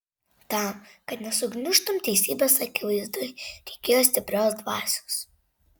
tam kad nesugniužtum teisybės akivaizdoj reikėjo stiprios dvasios